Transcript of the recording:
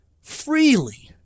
freely